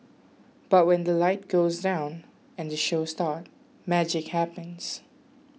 but when the light goes down and they show start magic happens